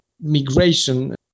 migration